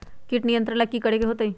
किट नियंत्रण ला कि करे के होतइ?